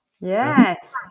Yes